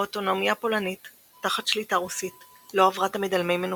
האוטונומיה הפולנית תחת שליטה רוסית לא עברה תמיד על מי מנוחות.